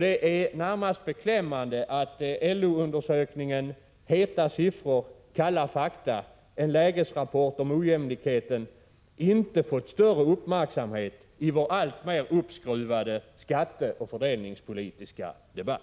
Det är närmast beklämmande att LO-undersökningen ”Heta siffror — kalla fakta — en lägesrapport om ojämlikheten” inte fått större uppmärksamhet i vår alltmer uppskruvade skatteoch fördelningspolitiska debatt.